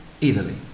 Italy